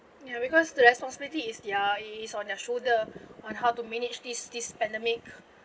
ya because the responsibility is their is on their shoulder on how to manage this this pandemic